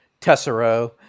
Tessero